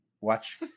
watch